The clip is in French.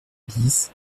dix